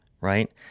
right